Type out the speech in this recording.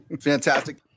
Fantastic